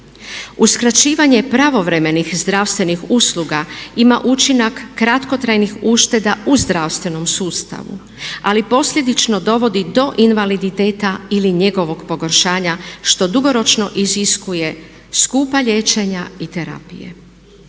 Uskraćivanje pravovremenih zdravstvenih usluga ima učinak kratkotrajnih ušteda u zdravstvenom sustavu ali posljedično dovodi do invaliditeta ili njegovog pogoršanja što dugoročno iziskuje skupa liječenja i terapije.